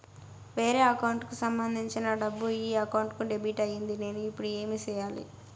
వేరే అకౌంట్ కు సంబంధించిన డబ్బు ఈ అకౌంట్ కు డెబిట్ అయింది నేను ఇప్పుడు ఏమి సేయాలి